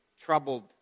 troubled